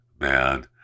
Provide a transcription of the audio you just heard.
man